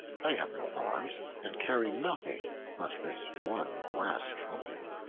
i have no arms, and carry nothing but this one brass trumpet.